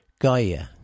Gaia